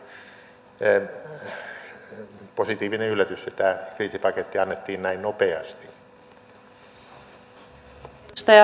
tämä oli positiivinen yllätys että tämä kriisipaketti annettiin näin nopeasti